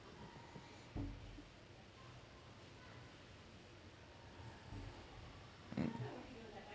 mm